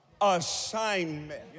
assignment